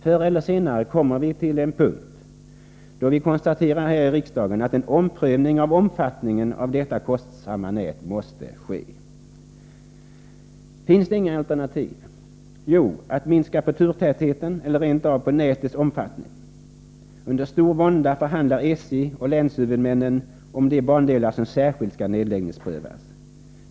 Förr eller senare kommer vi till en punkt då man här i riksdagen konstaterar att en omprövning av omfattningen av detta kostsamma nät måste ske. Finns det inga alternativ? Jo, att minska på turtätheten eller rent av på nätets omfattning. Under stor vånda förhandlar SJ och länshuvudmännen om de bandelar som särskilt skall nedläggningsprövas.